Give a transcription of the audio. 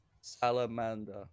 Salamander